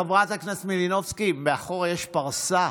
חברת הכנסת מלינובסקי, מאחור יש פרסה